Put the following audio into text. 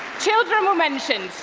children were mentioned.